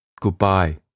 Goodbye